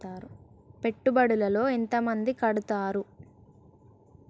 పెట్టుబడుల లో ఎంత మంది కడుతరు?